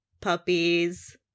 puppies